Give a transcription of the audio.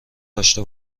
داشته